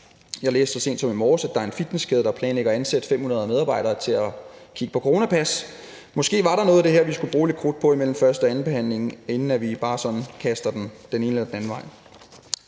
Jeg læste så sent som i morges, at der er en fitnesskæde, der planlægger at ansætte 500 medarbejdere til at kigge på coronapas. Måske var der noget af det her, vi skulle bruge lidt krudt på imellem første- og andenbehandlingen, inden vi bare sådan kaster det den ene eller den anden vej.